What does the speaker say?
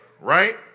right